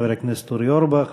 חבר הכנסת אורי אורבך,